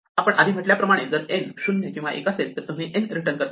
आपण आधी म्हटल्याप्रमाणे जर n 0 किंवा 1 असेल तर तुम्ही n रिटर्न करता करतात